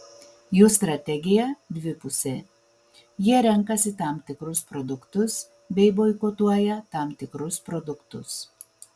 jų strategija dvipusė jie renkasi tam tikrus produktus bei boikotuoja tam tikrus produktus